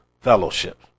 Fellowship